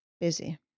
busy